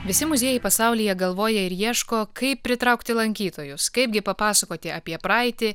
visi muziejai pasaulyje galvoja ir ieško kaip pritraukti lankytojus kaipgi papasakoti apie praeitį